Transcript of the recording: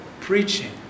preaching